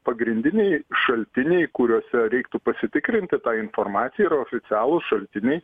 pagrindiniai šaltiniai kuriuose reiktų pasitikrinti tą informaciją yra oficialūs šaltiniai